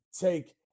take